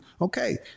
okay